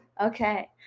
Okay